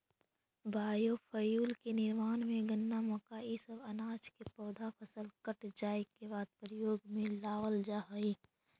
biofuel के निर्माण में गन्ना, मक्का इ सब अनाज के पौधा फसल कट जाए के बाद प्रयोग में लावल जा हई